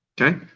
Okay